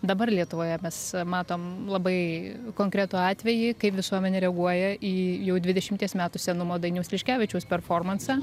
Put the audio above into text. dabar lietuvoje mes matom labai konkretų atvejį kaip visuomenė reaguoja į jau dvidešimties metų senumo dainiaus liškevičiaus performansą